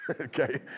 okay